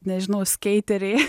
nežinau skeiteriai